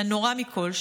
והנורא מכול,